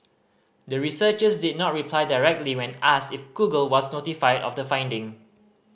the researchers did not reply directly when asked if Google was notified of the finding